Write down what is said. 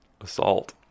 Assault